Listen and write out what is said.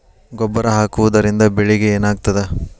ಗೊಬ್ಬರ ಹಾಕುವುದರಿಂದ ಬೆಳಿಗ ಏನಾಗ್ತದ?